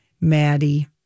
Maddie